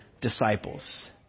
disciples